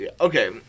Okay